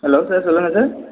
hello sir சொல்லுங்கள் sir